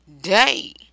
day